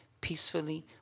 peacefully